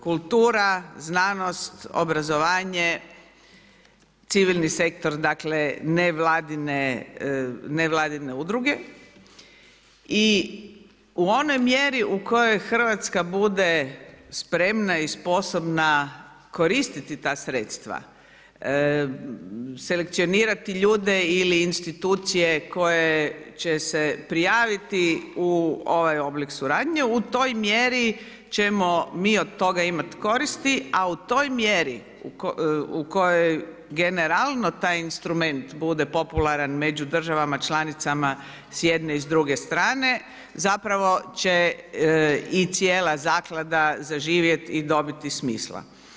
Kultura, znanost, obrazovanje, civilni sektor nevladine udruge i u onoj mjeri u kojoj Hrvatska bude spremna i sposobna koristiti ta sredstva, selekcionirati ljude ili institucije koje će se prijaviti u ovaj oblik suradnje u toj mjeri ćemo mi od toga koristiti a u tom mjeri u kojoj generalno taj instrument bude popularan među državama članicama s jedne i s druge strane, zapravo će i cijela zaklada zaživjeti i dobiti smisla.